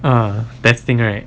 ah testing right